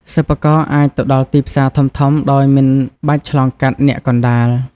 សិប្បករអាចទៅដល់ទីផ្សារធំៗដោយមិនបាច់ឆ្លងកាត់អ្នកកណ្តាល។